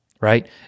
right